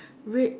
red